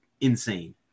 insane